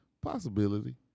Possibility